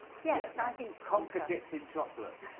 yes nothing complicated chocolate-all